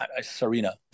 Serena